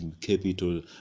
capital